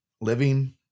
living